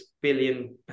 billion